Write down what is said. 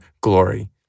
glory